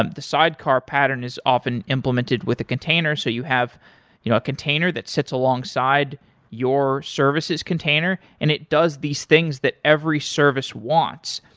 um the sidecar pattern is often implemented with a container, so you have you know a container that sits alongside your services container and it does these things that every service wants.